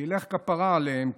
שילך כפרה עליהם,